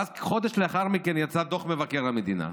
ואז חודש לאחר מכן יצא דוח מבקר המדינה,